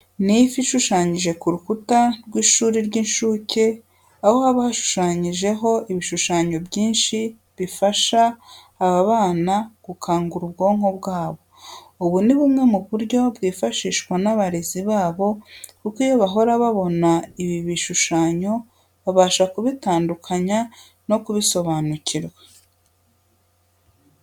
Ni ifi ishushanyije ku rukuta rw'ishuri ry'incuke, aho haba hashushanyijeho ibishushanyo byinshi bifasha aba bana gukangura ubwonko bwabo. Ubu ni bumwe mu buryo bwifashishwa n'abarezi babo kuko iyo bahora babona ibyo bishishanyo babasha kubitandukanye no kubisobanukirwa.